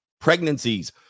pregnancies